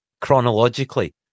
chronologically